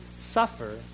suffer